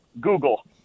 Google